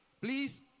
please